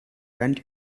went